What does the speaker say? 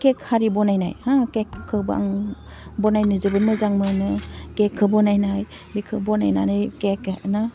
cake हारि बनायनाय हो केक गोबां बनायनो जोबोद मोजां मोनो केकखौ बनायनायाव बिखौ बनायनानै केक